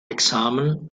examen